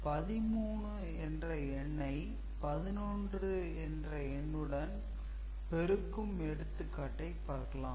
13 என்ற எண்ணை 11 என்ற எண்ணுடன் பெருக்கும் எடுத்துக்காட்டைப் பார்க்கலாம்